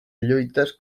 lluites